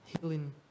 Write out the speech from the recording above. healing